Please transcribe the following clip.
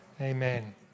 amen